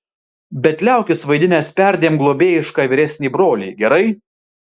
bet liaukis vaidinęs perdėm globėjišką vyresnį brolį gerai